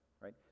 right